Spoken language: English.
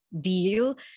deal